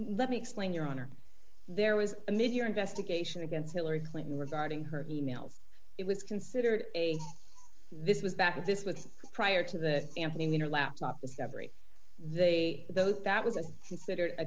let me explain your honor there was a mid year investigation against hillary clinton regarding her e mails it was considered a this was back this with prior to the anthony weiner laptop discovery they though that was